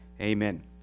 Amen